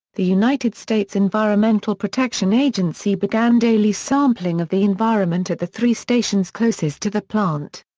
the united states environmental protection agency began daily sampling of the environment at the three stations closest to the plant.